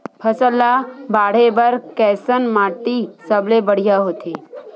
फसल ला बाढ़े बर कैसन माटी सबले बढ़िया होथे?